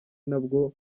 nabwo